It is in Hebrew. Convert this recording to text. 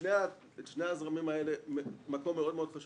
לשני הזרמים הנזכרים יש מקום מאוד חשוב